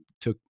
took